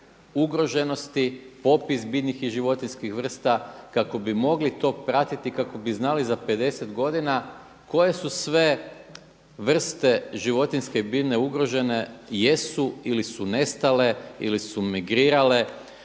ugroženosti, popis biljnih i životinjskih vrsta kako bi mogli to pratiti, kako bi znali za 50 godina koje su sve vrste životinjske i biljne ugrožene, jesu ili su nestale ili su migrirale